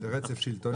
רצף שלטוני?